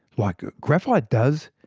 like graphite does,